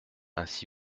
ainsi